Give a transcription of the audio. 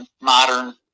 modern